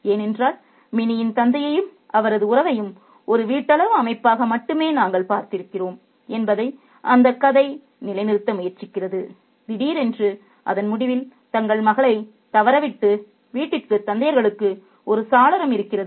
ஏனென்றால் மினியின் தந்தையையும் அவரது உறவையும் ஒரு வீட்டளவு அமைப்பாக மட்டுமே நாங்கள் பார்த்திருக்கிறோம் என்பதை அந்தக் கதை நிலைநிறுத்த முயற்சிக்கிறது திடீரென்று அதன் முடிவில் தங்கள் மகள்களை தவறவிட்ட வீட்டிற்குத் தந்தையர்களுக்கு ஒரு சாளரம் இருக்கிறது